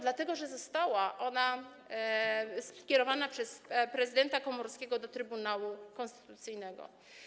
Dlatego że została ona skierowana przez prezydenta Komorowskiego do Trybunału Konstytucyjnego.